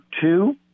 two